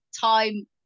time